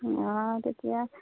অঁ তেতিয়া